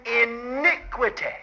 iniquity